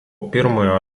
pirmojo